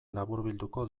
laburbilduko